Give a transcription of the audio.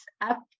up